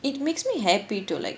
it makes me happy to like